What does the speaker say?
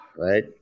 right